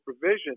provision